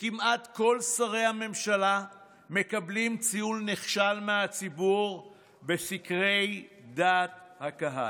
וכמעט כל שרי הממשלה מקבלים ציון "נכשל" מהציבור בסקרי דעת הקהל.